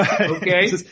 Okay